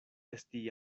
esti